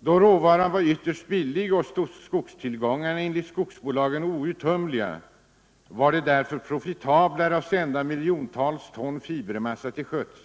Då råvaran var ytterst billig och skogstillgångarna enligt skogsbolagen outtömliga var det mer profitabelt att sända miljontals ton fibermassa till sjöss.